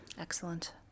Excellent